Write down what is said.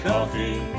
Coffee